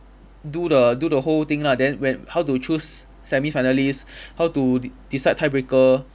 do the do the whole thing lah then when how to choose semifinalist how to de~ decide tie breaker